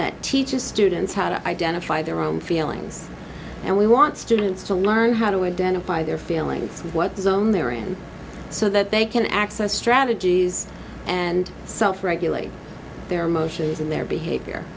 that teaches students how to identify their own feelings and we want students to learn how to identify their feelings and what the zone they are in so that they can access strategies and self regulate their emotions and their behavior